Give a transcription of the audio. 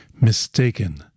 mistaken